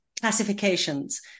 classifications